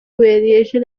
variation